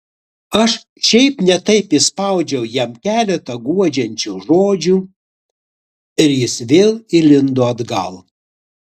aš šiaip ne taip išspaudžiau jam keletą guodžiančių žodžių ir jis vėl įlindo atgal